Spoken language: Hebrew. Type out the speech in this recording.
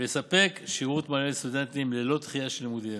ולספק שירות מלא לסטודנטים ללא דחייה של לימודיהם.